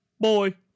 boy